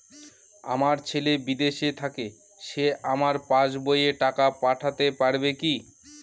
আমার ছেলে বিদেশে থাকে সে আমার পাসবই এ টাকা পাঠাতে পারবে কি?